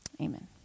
amen